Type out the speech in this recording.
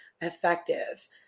effective